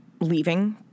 leaving